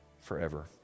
forever